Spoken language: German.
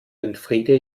elfriede